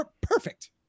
perfect